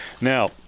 Now